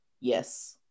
yes